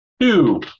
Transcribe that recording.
Two